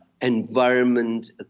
environment